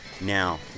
Now